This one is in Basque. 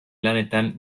lanetan